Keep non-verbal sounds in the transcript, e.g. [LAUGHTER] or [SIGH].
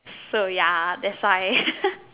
so ya that's why [LAUGHS]